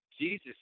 Jesus